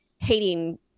hating